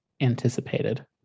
anticipated